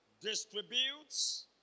distributes